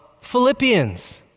Philippians